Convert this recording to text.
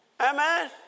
Amen